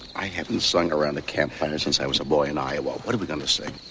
i haven't sung around a campfire since i was boy in iowa. what are we going to sing?